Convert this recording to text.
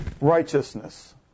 righteousness